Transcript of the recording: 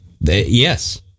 Yes